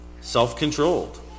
self-controlled